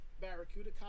Barracuda